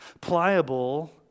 Pliable